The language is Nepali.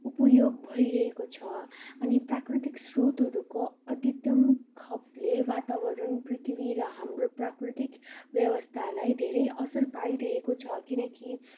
उपयोग भइरहेको छ अनि प्राकृतिक स्रोतहरूको अधिकतम खपतले वातावरण पृथ्वी र हाम्रो प्राकृतिक ब्यवस्थालाई धेरै असर पारिरहेको छ किनकि